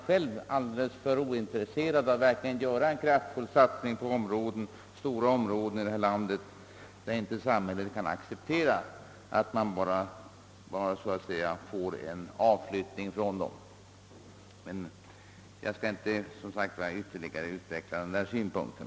Själva är de ointresserade av att göra en kraftfull satsning inom stora områden av landet, men samhället kan inte acceptera en avflyttning därifrån. Jag skall emellertid inte ytterligare utveckla dessa synpunkter.